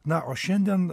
na o šiandien